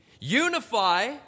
Unify